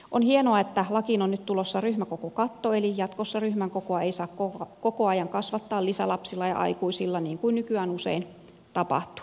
on hienoa että lakiin on nyt tulossa ryhmäkokokatto eli jatkossa ryhmän kokoa ei saa koko ajan kasvattaa lisälapsilla ja aikuisilla niin kuin nykyään usein tapahtuu